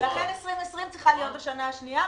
לכן 2020 צריכה להיות בשנה השנייה,